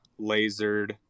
lasered